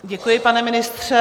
Děkuji, pane ministře.